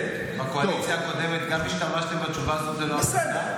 בקואליציה הקודמת השתמשתם גם כן בתשובה הזאת ללא הפסקה.